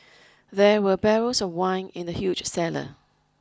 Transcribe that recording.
there were barrels of wine in the huge cellar